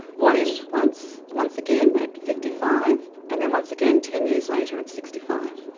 once. once. once again at fifty five, and then once again ten years later at sixty five.